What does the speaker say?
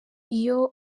iyo